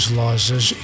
lojas